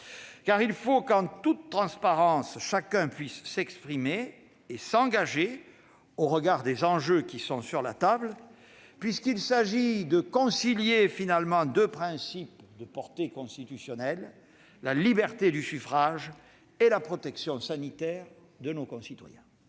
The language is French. il faut que, en toute transparence, chacun puisse s'exprimer et s'engager au regard des enjeux qui sont sur la table, puisqu'il s'agit de concilier les deux principes de portée constitutionnelle que sont la liberté du suffrage et la protection sanitaire de nos concitoyens.